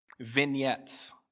vignettes